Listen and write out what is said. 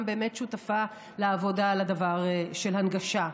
באמת שותפה לעבודה על הדבר של הנגשה.